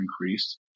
increased